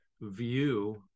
view